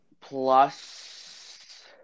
plus